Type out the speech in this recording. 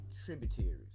tributaries